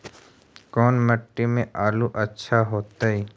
कोन मट्टी में आलु अच्छा होतै?